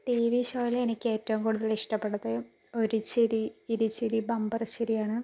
TV ഷോയിൽ എനിക്ക് ഏറ്റവും കൂടുതൽ ഇഷ്ടപ്പെട്ടത് ഒരു ചിരി ഇരു ചിരി ബംബർ ചിരിയാണ്